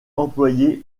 employé